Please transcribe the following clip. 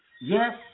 Yes